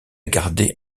garder